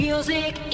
Music